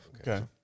Okay